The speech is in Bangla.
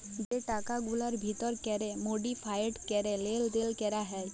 যে টাকাগুলার ভিতর ক্যরে মডিফায়েড ক্যরে লেলদেল ক্যরা হ্যয়